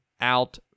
out